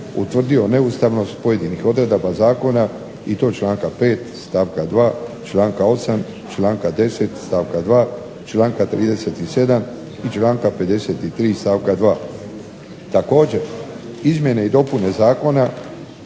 utvrdio neustavnost pojedinih odredaba zakona i to članka 5. stavka 2., članka 8., članka 10. stavka 2., članka 37. i članka 53. stavka 2. Također izmjene i dopune zakona